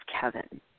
Kevin